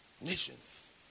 Nations